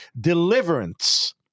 Deliverance